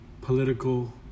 political